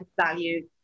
value